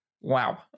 Wow